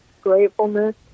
gratefulness